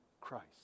Christ